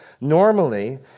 Normally